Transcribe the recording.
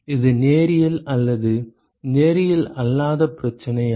இது நேரியல் அல்லது நேரியல் அல்லாத பிரச்சனையா